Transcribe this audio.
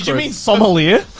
yeah mean, sommelier?